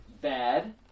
bad